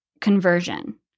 conversion